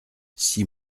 six